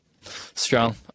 strong